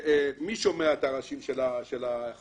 מי שומע את האנשים של החפירות?